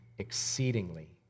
exceedingly